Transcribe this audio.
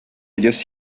ellos